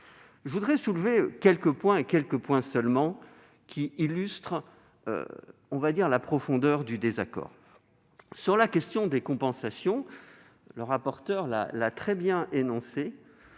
je voudrais soulever quelques points seulement qui illustrent, dirai-je, la profondeur du désaccord. Sur la question des compensations, le rapporteur l'a très bien dit,